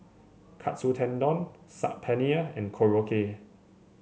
Katsu Tendon Saag Paneer and Korokke